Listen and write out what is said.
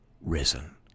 risen